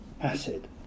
acid